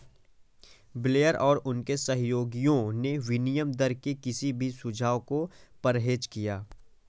Blair और उनके सहयोगियों ने विनिमय दर के किसी भी सुझाव से परहेज किया